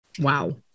Wow